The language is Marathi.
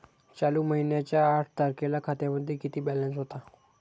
चालू महिन्याच्या आठ तारखेला खात्यामध्ये किती बॅलन्स होता?